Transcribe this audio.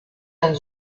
ein